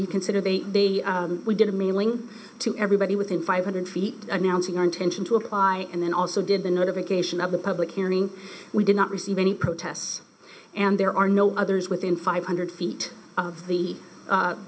you consider the day we did a mailing to everybody within five hundred feet announcing our intention to apply and then also did the notification of the public hearing we did not receive any protests and there are no others within five hundred feet of the